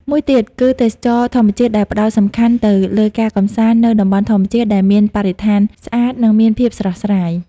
មួយទៀត គឺទេសចរណ៍ធម្មជាតិដែលផ្តោតសំខាន់ទៅលើការកំសាន្តនៅតំបន់ធម្មជាតិដែលមានបរិស្ថានស្អាត និងមានភាពស្រស់ស្រាយ។